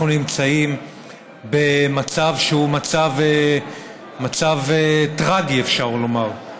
אנחנו נמצאים במצב שהוא מצב טרגי, אפשר לומר.